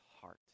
heart